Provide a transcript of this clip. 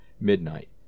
midnight